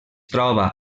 troba